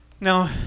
now